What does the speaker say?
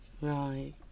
Right